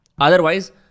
Otherwise